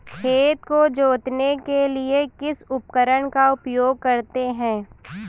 खेत को जोतने के लिए किस उपकरण का उपयोग करते हैं?